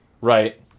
Right